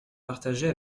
partagée